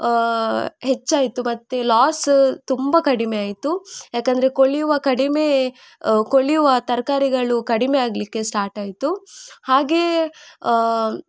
ಹೆಚ್ಚಾಯಿತು ಮತ್ತು ಲಾಸ್ಸ ತುಂಬ ಕಡಿಮೆ ಆಯಿತು ಯಾಕಂದರೆ ಕೊಳೆಯುವ ಕಡಿಮೆ ಕೊಳೆಯುವ ತರಕಾರಿಗಳು ಕಡಿಮೆ ಆಗಲಿಕ್ಕೆ ಸ್ಟಾರ್ಟಾಯಿತು ಹಾಗೇ